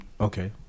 Okay